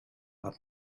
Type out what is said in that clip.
per